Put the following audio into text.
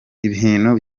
ibintu